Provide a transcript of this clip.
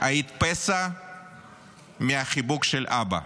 היית פסע מהחיבוק של אבא.